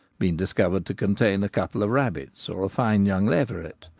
been discovered to contain a couple of rabbits or a fine young leveret.